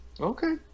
Okay